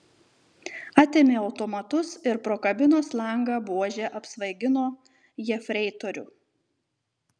atėmė automatus ir pro kabinos langą buože apsvaigino jefreitorių